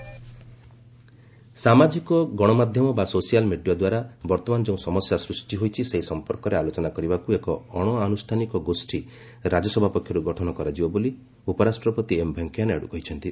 ନାଇଡ୍ social media ସାମାଜିକ ଗଣମାଧ୍ୟମ ବା ସୋସିଆଲ୍ ମିଡିଆ ଦ୍ୱାରା ବର୍ତ୍ତମାନ ଯେଉଁ ସମସ୍ୟା ସ୍କୃଷ୍ଟି ହୋଇଛି ସେହି ସମ୍ପର୍କରେ ଆଲୋଚନା କରିବାକ୍ ଏକ ଅଣଆନୁଷ୍ଠାନିକ ଗୋଷ୍ଠୀ ରାଜ୍ୟସଭା ପକ୍ଷରୁ ଗଠନ କରାଯିବ ବୋଲି ଉପରାଷ୍ଟ୍ରପତି ଏମ୍ ଭେଙ୍କୟା ନାଇଡୁ କହିଛନ୍ତି